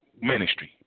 ministry